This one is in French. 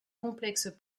complexe